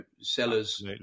sellers